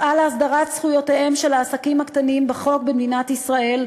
אפעל להסדרת זכויותיהם בחוק של העסקים הקטנים במדינת ישראל,